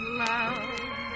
love